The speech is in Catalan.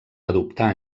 adoptar